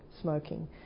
smoking